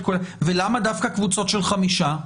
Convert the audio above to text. ולמה דווקא קבוצות של חמישה?